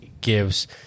gives